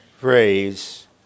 phrase